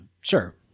Sure